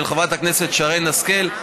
של חברת הכנסת שרן השכל,